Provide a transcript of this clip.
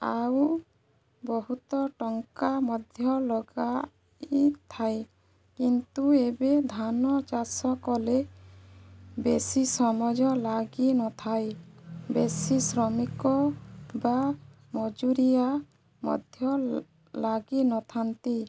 ଆଉ ବହୁତ ଟଙ୍କା ମଧ୍ୟ ଲଗାଇଥାଏ କିନ୍ତୁ ଏବେ ଧାନ ଚାଷ କଲେ ବେଶୀ ସମଜ ଲାଗିନଥାଏ ବେଶୀ ଶ୍ରମିକ ବା ମଜୁରିଆ ମଧ୍ୟ ଲାଗିନଥାନ୍ତି